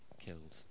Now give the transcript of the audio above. killed